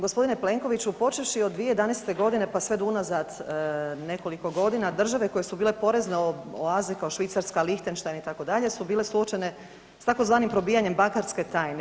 G. Plenkoviću, počevši od 2011. pa sve do unazad nekoliko godina, države koje su bile porezne oaze kao Švicarska, Lihtenštajn, itd. su bile suočene s tzv. probijanjem bankarske tajne.